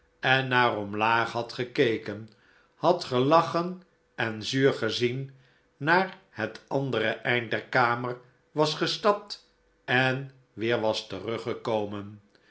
en naar omlaag had gekeken had gelachen en zuur gezien naar het andere eind der kamer was gestapt en weer was teruggekomen